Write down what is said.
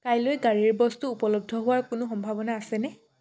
কাইলৈ গাড়ীৰ বস্তু উপলব্ধ হোৱাৰ কোনো সম্ভাৱনা আছেনে